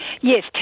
Yes